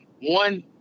one